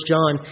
John